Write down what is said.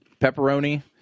pepperoni